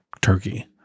turkey